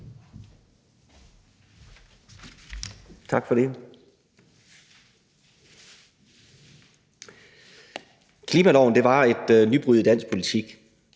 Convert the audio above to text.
Tak for det. Klimaloven var et nybrud i dansk politik.